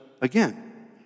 Again